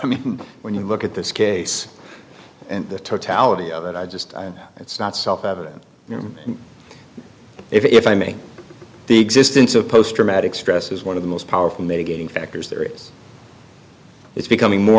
i mean when you look at this case and the totality of it i just it's not self evident you know if i make the existence of post traumatic stress is one of the most powerful mitigating factors there is it's becoming more